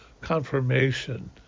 confirmation